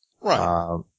Right